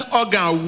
organ